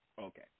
Okay